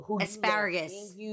Asparagus